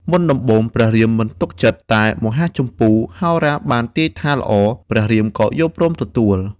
មុនដំបូងព្រះរាមមិនទុកចិត្ត តែមហាជម្ពូហោរាបានទាយថាល្អ ព្រះរាមក៏យល់ព្រមទទួល។